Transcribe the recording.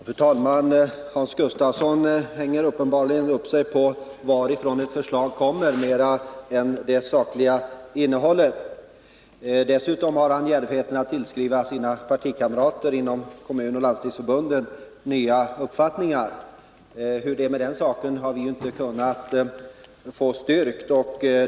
Fru talman! Hans Gustafsson hänger uppenbarligen upp sig på varifrån ett förslag kommer mer än på det sakliga innehållet. Dessutom har han djärvheten att tillskriva sina partikamrater inom kommunoch landstingsförbunden nya uppfattningar. Hur det är med den saken har vi inte kunnat få styrkt.